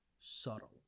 subtle